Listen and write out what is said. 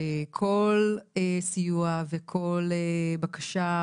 שכל סיוע וכל בקשה,